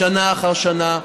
שנה אחר שנה.